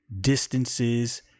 distances